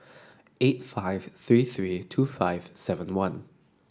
eight five three three two five seven one